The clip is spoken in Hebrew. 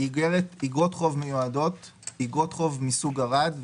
"איגרות חוב מיועדות" איגרות חוב מסוג ערד,